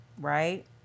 right